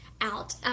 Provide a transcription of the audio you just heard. out